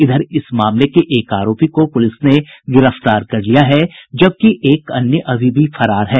इधर इस मामले के एक आरोपी को पुलिस ने गिरफ्तार कर लिया है जबकि एक अन्य अभी भी फरार है